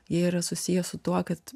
jie yra susiję su tuo kad